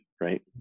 right